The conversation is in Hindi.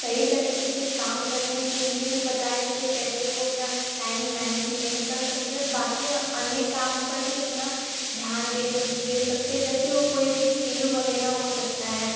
सही तरीके से काम करने के लिए भी बताया जाता है कैसे वो अपना टाइम मैनेजमेंट कर सकते हैं और बाकि अन्य काम पर भी अपना ध्यान दे दे सकते हैं जैसे वो कोई भी स्किल वगैरह हो सकता है